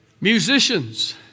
Musicians